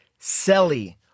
Selly